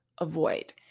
avoid